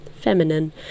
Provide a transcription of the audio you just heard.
feminine